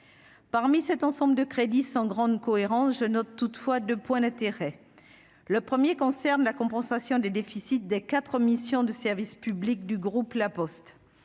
parmi cet ensemble de crédit sans grande cohérence, je note toutefois de points d'intérêt le 1er concerne la compensation des déficits des 4 missions de service public du groupe La Poste,